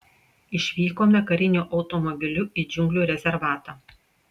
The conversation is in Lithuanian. išvykome kariniu automobiliu į džiunglių rezervatą